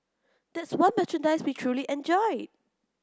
that's one merchandise we truly enjoyed